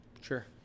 Sure